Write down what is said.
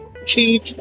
keep